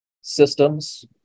systems